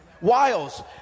Wiles